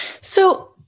So-